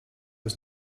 was